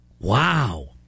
Wow